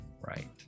right